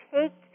take